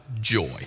joy